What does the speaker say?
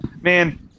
man